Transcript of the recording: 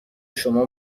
شما